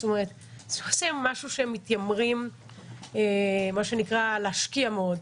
זאת אומרת שזה לא איזה משהו שמתיימרים מה שנקרא להשקיע מאוד,